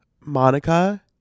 Monica